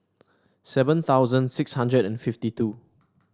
seven thousand six hundred and fifty two